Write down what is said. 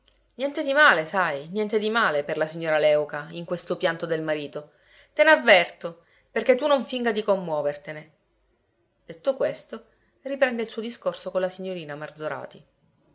niente di male sai niente di male per la signora léuca in questo pianto del marito te n'avverto perché tu non finga di commuovertene detto questo riprende il suo discorso con la signorina marzorati